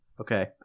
Okay